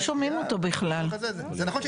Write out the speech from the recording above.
זה בדיוק,